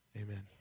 Amen